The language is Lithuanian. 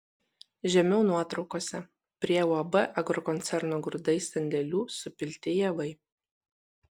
žemiau nuotraukose prie uab agrokoncerno grūdai sandėlių supilti javai